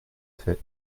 fait